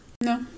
no